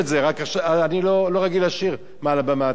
רק אני לא רגיל לשיר מעל במת הכנסת.